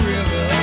River